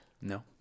No